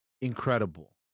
incredible